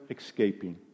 escaping